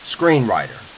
screenwriter